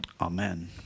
Amen